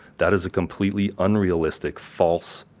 that is a completely unrealistic, false,